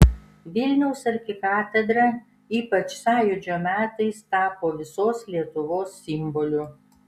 vilniaus arkikatedra ypač sąjūdžio metais tapo visos lietuvos simboliu